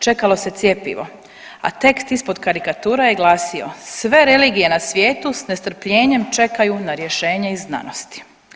Čekalo se cjepivo, a tekst ispod karikature je glasio „Sve religije na svijetu s nestrpljenjem čekaju na rješenje iz znanosti“